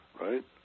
right